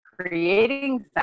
creating